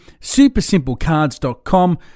SupersimpleCards.com